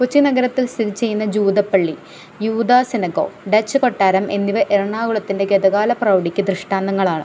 കൊച്ചി നഗരത്തിൽ സ്ഥിതിചെയ്യുന്ന ജൂതപ്പള്ളി യൂദാസ്സിനകൊ ഡച്ചുകൊട്ടാരം എന്നിവ എറണാകുളത്തിൻ്റെ ഗതകാല പ്രൗഢിക്ക് ദൃഷ്ടാന്തങ്ങളാണ്